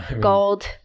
gold